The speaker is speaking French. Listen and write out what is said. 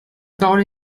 parole